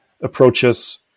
approaches